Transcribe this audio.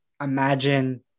imagine